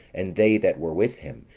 and they that were with him,